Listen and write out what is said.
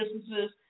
businesses